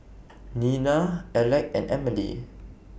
Nina Alec and Emilee